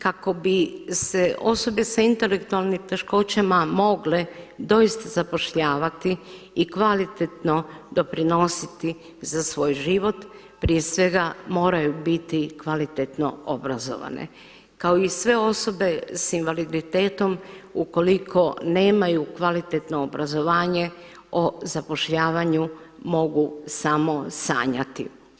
Kako bi se osobe sa intelektualnim teškoćama mogle doista zapošljavati i kvalitetno doprinositi za svoj život prije svega moraju biti kvalitetno obrazovane kao i sve osobe sa invaliditetom ukoliko nemaju kvalitetno obrazovanju o zapošljavanju mogu samo sanjati.